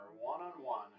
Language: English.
one-on-one